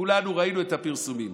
כולנו ראינו את הפרסומים.